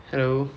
hello